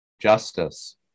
justice